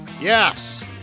Yes